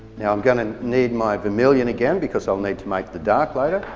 now i'm going to need my vermillion again because i'll need to make the dark later.